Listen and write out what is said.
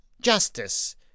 justice